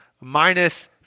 minus